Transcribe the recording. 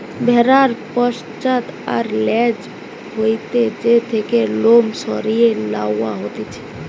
ভেড়ার পশ্চাৎ আর ল্যাজ হইতে যে থেকে লোম সরিয়ে লওয়া হতিছে